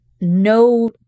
No